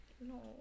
No